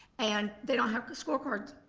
and they don't have the score cards.